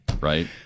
right